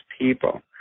people